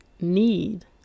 need